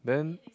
then